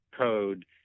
code